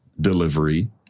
delivery